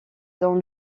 dans